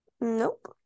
Nope